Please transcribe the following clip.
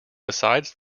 besides